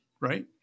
right